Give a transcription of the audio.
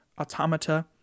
Automata